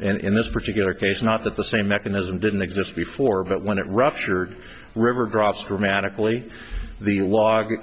and in this particular case not that the same mechanism didn't exist before but when it ruptured river drops dramatically the log